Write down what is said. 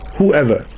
whoever